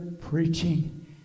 preaching